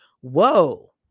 Whoa